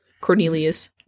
Cornelius